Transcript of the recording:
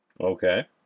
Okay